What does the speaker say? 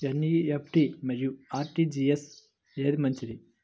NEFT మరియు RTGS ఏది మంచిది?